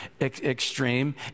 extreme